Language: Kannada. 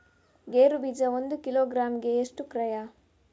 ಗೇರು ಬೀಜ ಒಂದು ಕಿಲೋಗ್ರಾಂ ಗೆ ಎಷ್ಟು ಕ್ರಯ?